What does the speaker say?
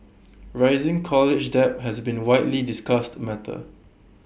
rising college debt has been widely discussed matter